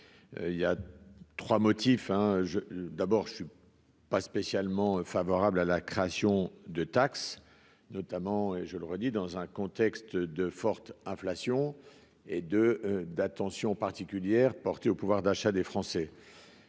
il y a 3 motifs hein je d'abord je suis. Pas spécialement favorable à la création de taxes notamment et je leur ai dit dans un contexte de forte inflation et de d'attention particulière portée au pouvoir d'achat des Français,